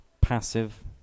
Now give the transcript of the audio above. passive